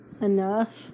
enough